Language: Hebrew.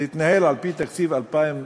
להתנהל על-פי תקציב 2014,